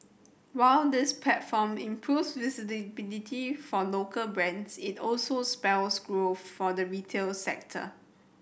while this platform improves for local brands it also spells growth for the retail sector